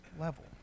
level